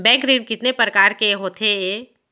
Bank ऋण कितने परकार के होथे ए?